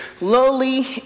lowly